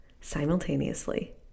simultaneously